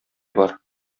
бар